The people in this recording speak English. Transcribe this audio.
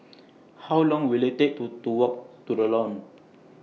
How Long Will IT Take to to Walk to The Lawn